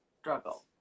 struggle